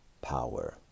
power